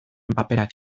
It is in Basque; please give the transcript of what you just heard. paperak